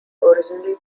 originally